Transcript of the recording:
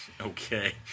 Okay